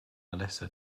melissa